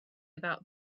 about